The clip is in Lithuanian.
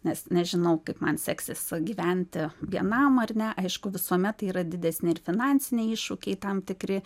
nes nežinau kaip man seksis gyventi vienam ar ne aišku visuomet tai yra didesni ir finansiniai iššūkiai tam tikri